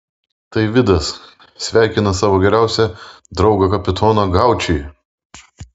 tai vidas sveikina savo geriausią draugą kapitoną gaučį